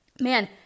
Man